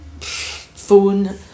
phone